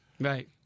Right